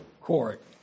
court